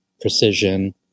precision